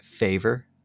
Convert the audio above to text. favor